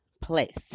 place